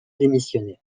démissionner